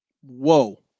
Whoa